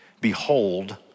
Behold